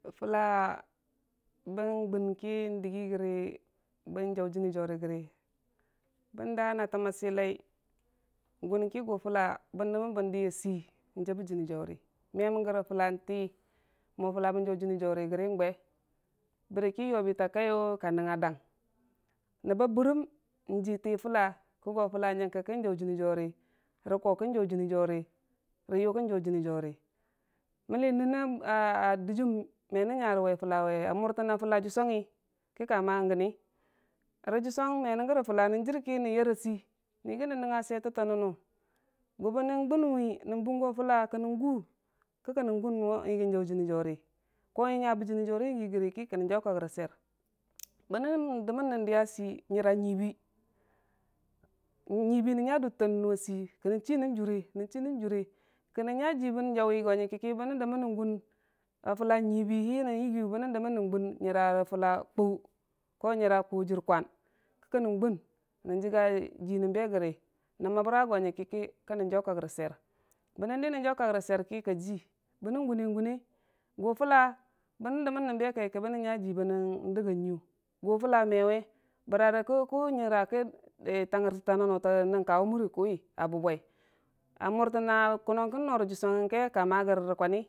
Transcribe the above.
Fulla bən gun ki digi rəgi bən jau jiini jauri rəgi bən daa na təmma sɨlai, n gun ki gu fulla bən dəmmən bən jiya sei n'jabe jiini jauri, me mənnəng fullann'tii mo fulla mən jare jiini jauri gi n'gwe, bərki yobita kaiyu, ka nəngnga dang nəbba bərəm ji tii fulla go fulla nyəgə ki n'jau jiini jauri rə ko kəkkən jau jiini jauri rə yuu kən jau jiini jauri mənni nən na dɨjiim me nən nya re wai fullawe, a mʊrtən a fulla jusangngi, kəka ma gənni, rə jusang me nən gəri fulla nən jir ki nən yar sei nən yigi nən nəngnga switəta nənnu, gu bənən gunwi nən bunggo fulla nən gʊ kəkka nən gunno yigi jau jini jauri, ko nya be jiini jauri n'yigi rəgila kənnən jaukak rə sweir bənən dəmmən nən diya sei nyəra nyuibi nyuibi nən nya dudtə ta nən nu a sei, kənən chii nən juure, kənən chii nən juure kənən nya jii bə jauwi ki bən nən dəmən nən gu, a fulla nyuibi nən yigiyu ki, bənən dəmən nən gu nyəra fulla kwao ko nyora kwau a jir kwani, kəkkənən gunnən jiga jinən be gəri nən məbi ra go nyən me ki kəkkənən jaukak rə sweir, bənən dii nən jau kail rə sweir ki ka ji, bənnən gune gunei gu fulla bənən dəmmən nən be kai kə bənnən nya ji bənnən dəgga nyui, gu fulla mewe, bəra rə kə ku, nyurakun tanggərtəta nənnu tənən kawe a mura nən nu kʊwi a bwubwai a murtənna kʊnnangga no rə jusanggəngki kema gwarsukoni.